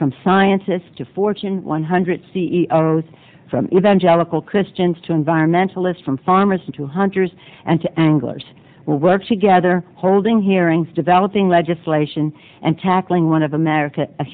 from scientists to fortune one hundred c e o s from evangelical christians to environmentalists from farmers to hunters and anglers will work together holding hearings developing legislation and tackling one of america